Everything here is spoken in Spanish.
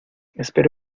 espera